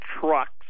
trucks